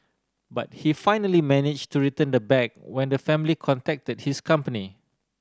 but he finally manage to return the bag when the family contacted his company